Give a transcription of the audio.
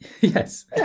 Yes